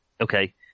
Okay